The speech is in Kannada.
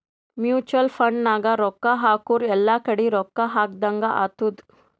ಮುಚುವಲ್ ಫಂಡ್ ನಾಗ್ ರೊಕ್ಕಾ ಹಾಕುರ್ ಎಲ್ಲಾ ಕಡಿ ರೊಕ್ಕಾ ಹಾಕದಂಗ್ ಆತ್ತುದ್